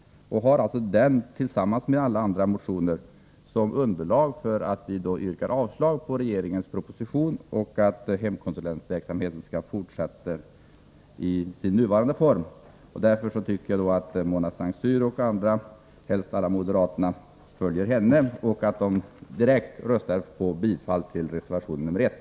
Den bildar alltså tillsammans med andra motioner underlag för vårt yrkande om avslag på regeringens proposition och för vårt yrkande om att hemkonsulentverksamheten skall fortsätta i sin nuvarande form. Därför tycker jag att Mona Saint Cyr och andra, helst alla moderaterna, skall rösta för bifall till reservation nr 1.